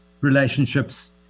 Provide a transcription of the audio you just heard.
relationships